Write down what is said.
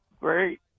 great